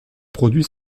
produit